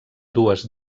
dues